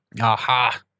Aha